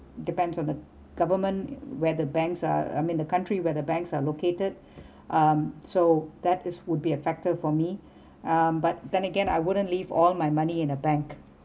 depends on the government where the banks are I mean the country where the banks are located um so that is would be a factor me um but then again I wouldn't leave all my money in a bank